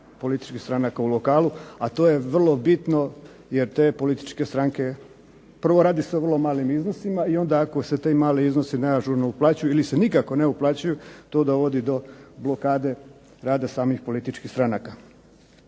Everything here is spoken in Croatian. političkih stranaka u lokalu, a to je vrlo bitno jer te političke stranke, prvo radi se o vrlo malim iznosima i onda se tako mali iznosi neažurno uplaćuju ili se nikako ne uplaćuju to dovodi do blokade rada samih političkih stranaka.